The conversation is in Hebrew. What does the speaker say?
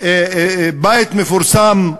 בית מפורסם,